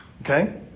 Okay